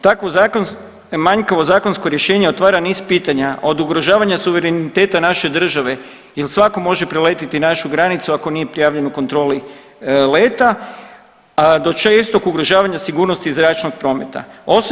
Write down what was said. Takvo manjkavo zakonsko rješenje otvara niz pitanja od ugrožavanja suvereniteta naše države jer svako može preletjeti našu granicu ako nije prijavljen u kontroli leta, a do čestog ugrožavanja sigurnosti zračnog prometa.